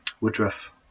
woodruff